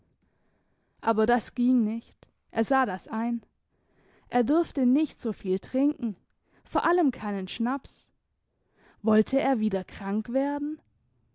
aber das ging nicht er sah das ein er durfte nicht soviel trinken vor allem keinen schnaps wollte er wieder krank werden